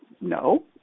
No